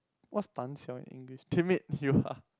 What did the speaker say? what's 胆小 in English timid you are